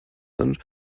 and